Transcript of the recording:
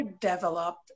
developed